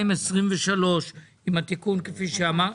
התשפ"ג-2023, עם התיקון כפי שאמרנו.